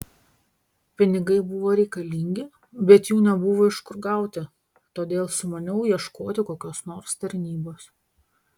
pinigai buvo reikalingi bet jų nebuvo iš kur gauti todėl sumaniau ieškoti kokios nors tarnybos